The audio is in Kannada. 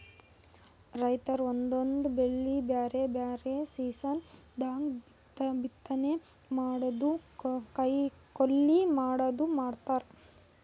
ರೈತರ್ ಒಂದೊಂದ್ ಬೆಳಿ ಬ್ಯಾರೆ ಬ್ಯಾರೆ ಸೀಸನ್ ದಾಗ್ ಬಿತ್ತನೆ ಮಾಡದು ಕೊಯ್ಲಿ ಮಾಡದು ಮಾಡ್ತಾರ್